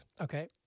Okay